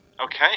Okay